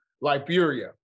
Liberia